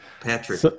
Patrick